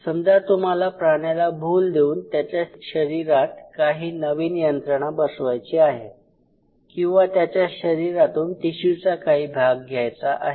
समजा तुम्हाला प्राण्याला भूल देऊन त्याच्या शरीरात काही नवीन यंत्रणा बसवायची आहे किंवा त्याच्या शरीरातून टिशूचा काही भाग घ्यायचा आहे